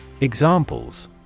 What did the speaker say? Examples